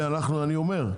ואני אומר,